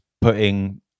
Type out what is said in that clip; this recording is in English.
putting